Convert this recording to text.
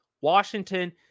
Washington